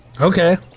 Okay